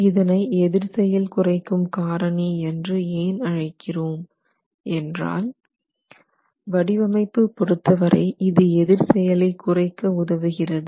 இதனை எதிர் செயல் குறைக்கும் காரணி என்று ஏன் அழைக்கிறோம் என்றால் வடிவமைப்பு பொறுத்தவரை இது எதிர் செயலை குறைக்க உதவுகிறது